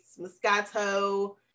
Moscato